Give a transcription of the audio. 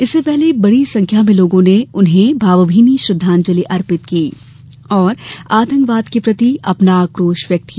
इससे पहले बड़ी संख्या में लोगों ने उन्हें भावभीनी श्रद्वांजलि अर्पित की और आतंकवाद के प्रति अपना आकोश व्यक्त किया